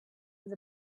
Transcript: with